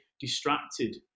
distracted